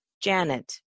Janet